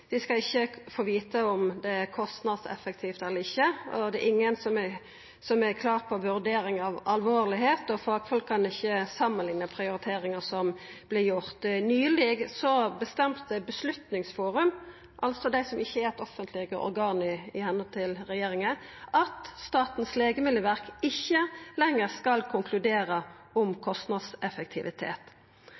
vi skal ikkje få vita om det er kostnadseffektivt eller ikkje, det er ingen som er klar på vurdering av alvorlegheitsgrad, og fagfolk kan ikkje samanlikna prioriteringar som vert gjorde. Nyleg bestemte Beslutningsforum – det som altså ikkje er eit offentleg organ, ifølgje regjeringa – at Statens legemiddelverk ikkje lenger skal konkludera om kostnadseffektivitet.